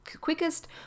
quickest